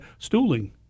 stooling